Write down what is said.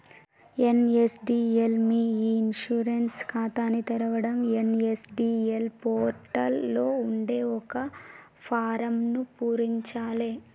NSDL మీ e insurance ఖాతాని తెరవడం ఎన్.ఎస్.డి.ఎల్ పోర్టల్ లో ఉండే ఒక ఫారమ్ను పూరించాలే